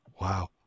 Wow